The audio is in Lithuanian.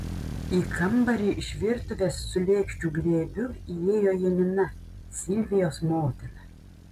į kambarį iš virtuvės su lėkščių glėbiu įėjo janina silvijos motina